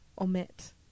omit